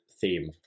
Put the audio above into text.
theme